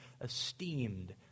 esteemed